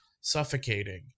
suffocating